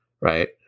right